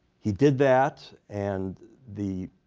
he did that. and the